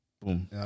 boom